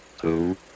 two